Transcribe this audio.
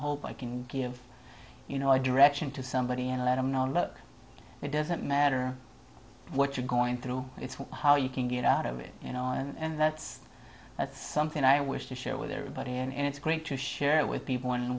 hope i can give you know i direction to somebody and let them know look it doesn't matter what you're going through it's how you can get out of it you know and that's that's something i wish to share with everybody and it's great to share with people an